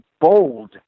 bold